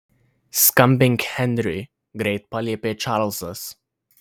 skambink henriui greit paliepė čarlzas